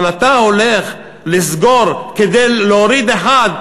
אבל אתה הולך לסגור כדי להוריד אחד,